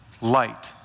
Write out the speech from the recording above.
light